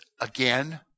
again